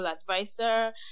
advisor